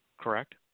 correct